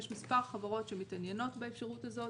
יש מספר חברות שמתעניינות באפשרות הזאת.